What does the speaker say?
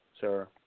sir